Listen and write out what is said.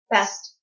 Best